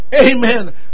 Amen